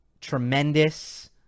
tremendous